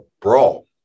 brawl